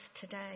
today